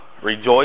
Rejoice